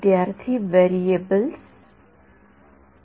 विद्यार्थी व्हेरिएबल्स संदर्भ वेळ 0९४९